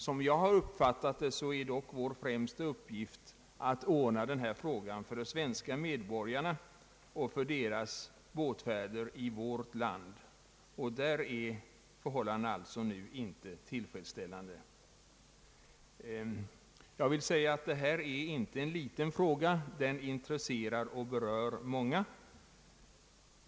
Som jag har uppfattat det är dock vår främsta uppgift att ordna denna fråga för de svenska medborgarna och för deras båtfärder i vårt land. Där är förhållandena nu alltså inte tillfredsställande. Jag vill framhålla att detta inte är en liten fråga. Den intresserar och berör många.